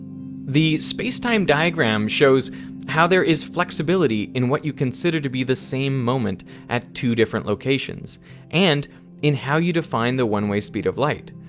the space-time diagram shows how there is flexibility in what you consider to be the same moment at two different locations and in how you define the one-way speed of light.